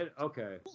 Okay